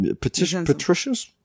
Patricia's